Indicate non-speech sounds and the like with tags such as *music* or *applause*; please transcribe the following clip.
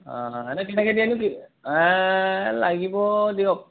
*unintelligible* এ লাগিব দিয়ক